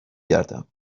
گردم